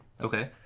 Okay